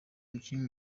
umukinnyi